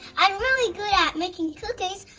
i'm really good at making cookies.